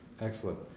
Excellent